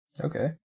okay